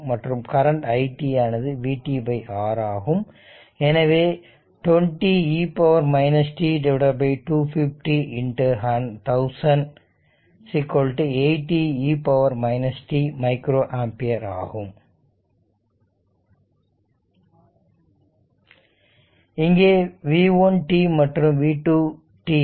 மற்றும் current i t ஆனது v t R ஆகும் எனவே 20 e t 250 1000 80 e t microampere ஆகும் இங்கே v1 t மற்றும் v2 t